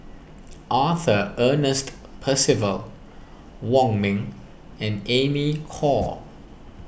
Arthur Ernest Percival Wong Ming and Amy Khor